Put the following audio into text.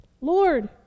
Lord